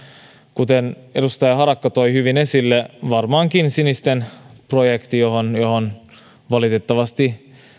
kuten edustaja harakka toi hyvin esille varmaankin sinisten projekti johon valitettavasti